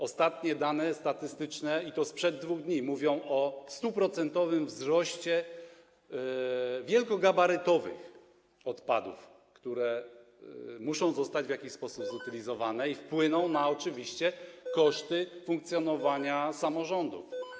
Ostatnie dane statystyczne, i to sprzed 2 dni, mówią o 100-procentowym wzroście wielkogabarytowych odpadów, które muszą zostać w jakiś sposób zutylizowane, co wpłynie oczywiście na koszty funkcjonowania samorządów.